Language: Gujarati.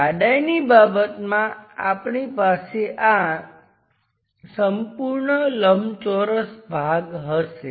જાડાઈની બાબતમાં આપણી પાસે આ સંપૂર્ણ લંબચોરસ ભાગ હશે